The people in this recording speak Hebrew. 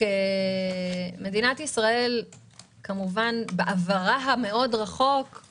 מדינת ישראל בעברה הרחוק מאוד